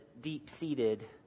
deep-seated